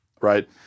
right